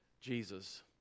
Jesus